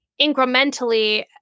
incrementally